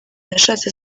yashatse